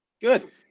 good